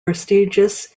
prestigious